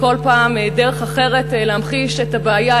וכל פעם יש דרך אחרת להמחיש את הבעיה,